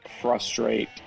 frustrate